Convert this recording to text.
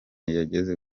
yageze